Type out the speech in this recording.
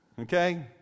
Okay